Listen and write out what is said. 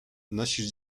nosisz